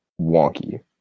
wonky